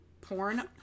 porn